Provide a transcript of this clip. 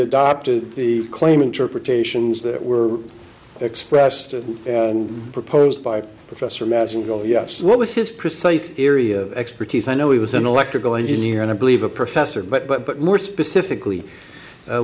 adopted the claim interpretations that were expressed as proposed by professor madsen go yes what was his precise area of expertise i know he was an electrical engineer and i believe a professor but but but more specifically